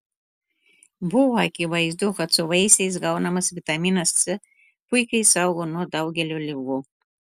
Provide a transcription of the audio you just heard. buvo akivaizdu kad su vaisiais gaunamas vitaminas c puikiai saugo nuo daugelio ligų